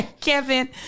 Kevin